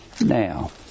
Now